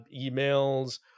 emails